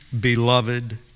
beloved